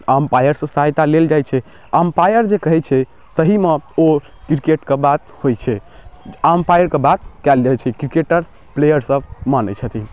अम्पायरसँ सहायता लेल जाए छै अम्पायर जे कहै छै तहीमे ओ किरकेटके बात होइ छै अम्पायरके बात कएल जाए छै किरकेटर्स प्लेअरसब मानै छथिन